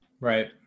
right